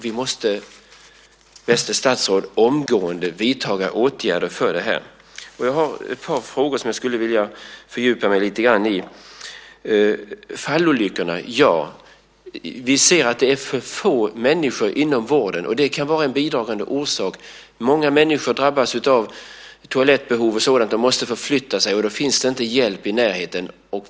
Vi måste, bästa statsråd, omgående vidta åtgärder mot detta. Jag har ett par frågor som jag lite grann skulle vilja fördjupa mig i. När det gäller fallolyckorna ser vi att det är för få människor inom vården, vilket kan vara en bidragande orsak. Många människor behöver hjälp vid toalettbehov då de måste förflytta sig, men det finns ingen hjälp i närheten.